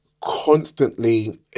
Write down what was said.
constantly